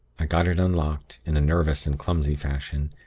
i got it unlocked, in a nervous and clumsy fashion,